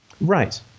Right